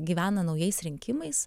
gyvena naujais rinkimais